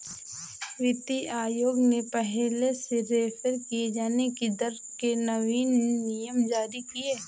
वित्तीय आयोग ने पहले से रेफेर किये जाने की दर के नवीन नियम जारी किए